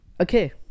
Okay